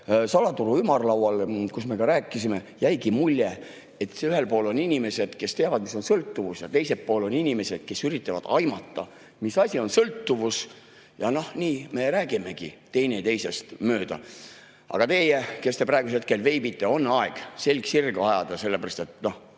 salaturu ümarlaual, kus me ka rääkisime, jäigi mulje, et ühel pool on inimesed, kes teavad, mis on sõltuvus, ja teisel pool on inimesed, kes üritavad aimata, mis asi on sõltuvus. Ja nii me räägimegi teineteisest mööda. Aga teie, kes te praegu veibite: on aeg selg sirgu ajada, sellepärast et